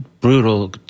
brutal